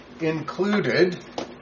included